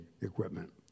equipment